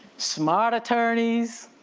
smart attorneys,